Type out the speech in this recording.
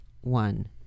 one